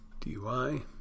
DUI